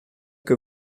que